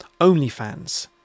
OnlyFans